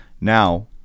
Now